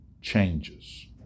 changes